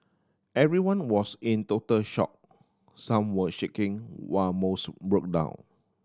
everyone was in total shock some were shaking while most broke down